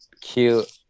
cute